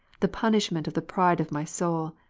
the punishment of the pride of my soul,